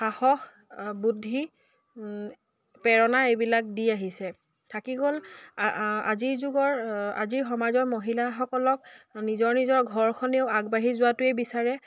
সাহস বুদ্ধি প্ৰেৰণা এইবিলাক দি আহিছে থাকি গ'ল আজিৰ যুগৰ আজিৰ সমাজৰ মহিলাসকলক নিজৰ নিজৰ ঘৰখনেও আগবাঢ়ি যোৱাটোৱে বিচাৰে